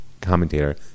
commentator